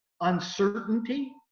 uncertainty